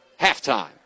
halftime